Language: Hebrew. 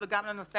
כמו שנאמר כאן,